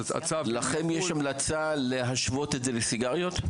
אז הצו --- לכם יש המלצה להשוות את זה לסיגריות?